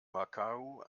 macau